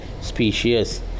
Species